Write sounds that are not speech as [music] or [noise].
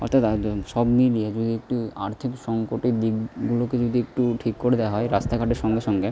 অর্থাৎ [unintelligible] সব মিলিয়ে একটু আর্থিক সঙ্কটের দিকগুলিকে যদি একটু ঠিক করে দেওয়া হয় রাস্তাঘাটের সঙ্গে সঙ্গে